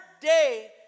day